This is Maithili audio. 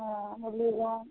हाँ मुरलीगञ्ज